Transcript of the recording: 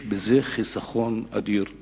יש בזה חיסכון אדיר במים,